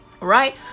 right